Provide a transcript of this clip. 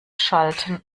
schalten